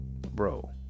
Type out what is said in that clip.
bro